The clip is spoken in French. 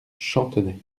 chantonnay